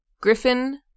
griffin